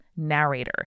narrator